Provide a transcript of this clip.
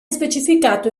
specificato